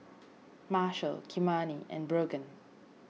Marshal Kymani and Brogan